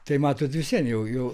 tai matot vis vien jau jau